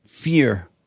fear